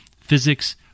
physics